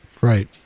Right